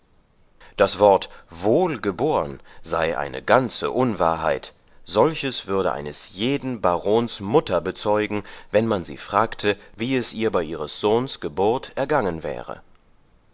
das wort wohlgeborn sei eine ganze unwahrheit solches würde eines jeden barons mutter bezeugen wann man sie fragte wie es ihr bei ihres sohns geburt ergangen wäre